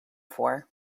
for